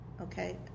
okay